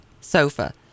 sofa